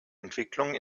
entwicklung